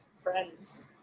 friends